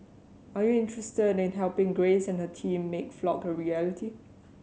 are you interested in helping Grace and her team make Flock a reality